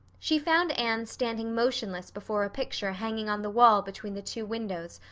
she found anne standing motionless before a picture hanging on the wall between the two windows,